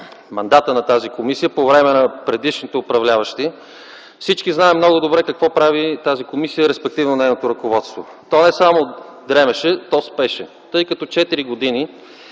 мандата на тази комисия, по време на предишните управляващи, всички знаем много добре какво прави тази комисия, респективно нейното ръководство. То не само дремеше, то спеше, тъй като 4 години